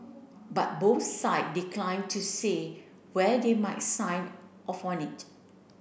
but both side declined to say where they might sign off on it